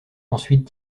ensuite